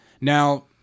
Now